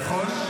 נכון?